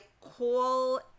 call